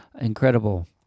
Incredible